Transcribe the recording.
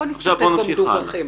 בוא נסתכל על האתרים שכן מדווחים.